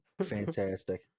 fantastic